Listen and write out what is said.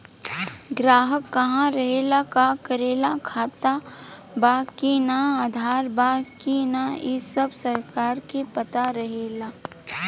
ग्राहक कहा रहेला, का करेला, खाता बा कि ना, आधार बा कि ना इ सब सरकार के पता रहेला